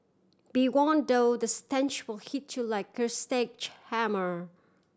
be warn though the stench will hit you like a sledgehammer